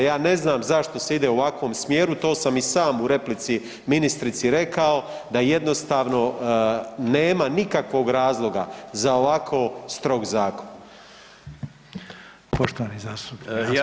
Ja ne znam zašto se ide u ovakvim smjeru, to sam i sam u replici ministrici rekao, da jednostavno nema nikakvog razloga za ovako strog zakon.